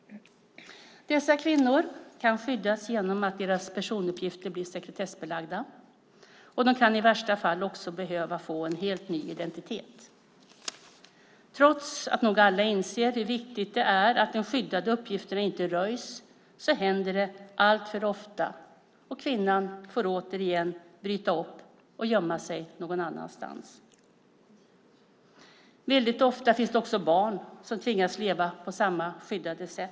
Dessa kvinnor kan skyddas genom att deras personuppgifter blir sekretessbelagda, och de kan i värsta fall också behöva få en helt ny identitet. Trots att nog alla inser hur viktigt det är att de skyddade uppgifterna inte röjs händer det alltför ofta, och kvinnan får återigen bryta upp och gömma sig någon annanstans. Ofta finns det också barn som tvingas leva på samma skyddade sätt.